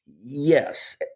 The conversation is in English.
Yes